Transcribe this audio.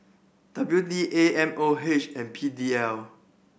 W D A M O H and P D L